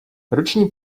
ruční